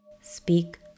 Speak